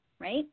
right